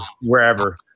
wherever